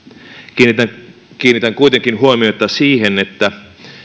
kiinnitän kiinnitän kuitenkin huomiota siihen että